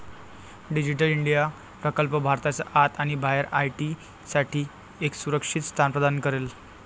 digital India प्रकल्प भारताच्या आत आणि बाहेर आय.टी साठी एक सुरक्षित स्थान प्रदान करेल